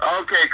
Okay